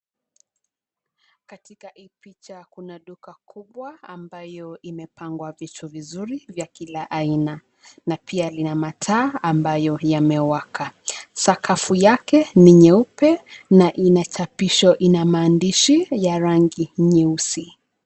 Katika hii picha kuna duka kubwa ambayo imepangwa vitu vizuri vya kila aina na pia lina mataa ambayo yamewaka. Sakafu yake ni nyeupe na inachapishwa, ina maandishi ya rangi nyeusi.